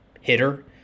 hitter